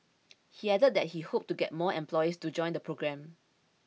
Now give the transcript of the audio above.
he added that he hoped to get more employees to join the programme